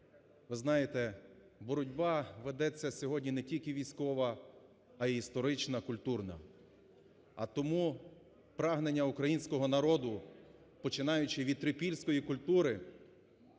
ви знаєте, боротьба ведеться сьогодні не тільки військова, а і історична, культурна. А тому прагнення українського народу, починаючи від трипільської культури,